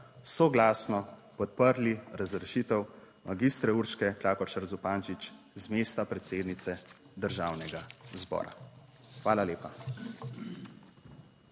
soglasno podprli razrešitev magistre Urške Klakočar Zupančič z mesta predsednice Državnega zbora. Hvala lepa.